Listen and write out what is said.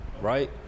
right